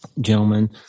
gentlemen